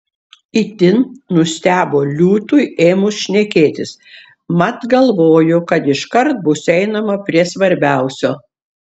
itin nustebo liūtui ėmus šnekėtis mat galvojo kad iškart bus einama prie svarbiausio